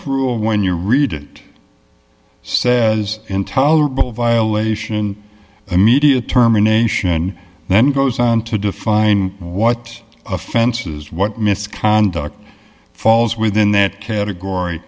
rule when your read it says intolerable violation immediate term a nation then goes on to define what offenses what misconduct falls within that category